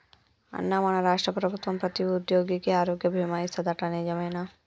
అన్నా మన రాష్ట్ర ప్రభుత్వం ప్రతి ఉద్యోగికి ఆరోగ్య బీమా ఇస్తాదట నిజమేనా